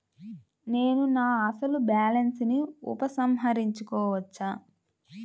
నేను నా అసలు బాలన్స్ ని ఉపసంహరించుకోవచ్చా?